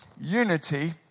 unity